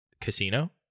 casino